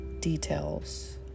details